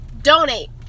donate